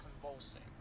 convulsing